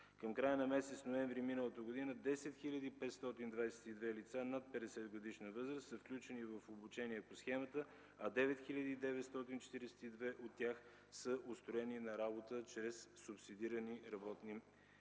Към края на месец ноември миналата година 10 522 лица над 50-годишна възраст са включени в обучение по схемата, а 9942 от тях са устроени на работа чрез субсидирани работни места.